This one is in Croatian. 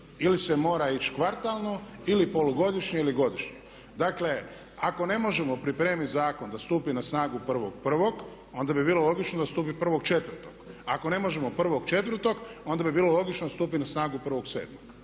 Ili se mora ići kvartalno ili polugodišnje ili godišnje. Dakle ako ne možemo pripremiti zakon da stupi na snagu 1.1. onda bi bilo logično da stupi 1.4. Ako ne možemo 1.4. onda bi bilo logično da stupi na snagu 1.7.